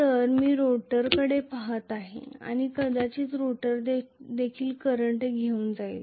तर मी रोटरकडे पहात आहे आणि कदाचित रोटर देखील करंट घेऊन जाईल